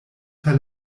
per